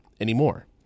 anymore